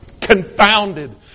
Confounded